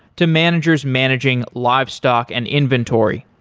to managers managing livestock and inventory.